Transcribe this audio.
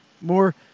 more